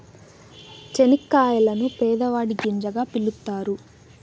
చనిక్కాయలను పేదవాడి గింజగా పిలుత్తారు